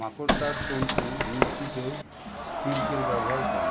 মাকড়সার তন্তু নিঃসৃত সিল্কের ব্যবহার কম,